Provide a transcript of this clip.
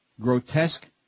Grotesque